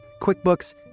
QuickBooks